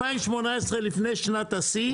לפני שנת השיא,